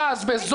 בזול,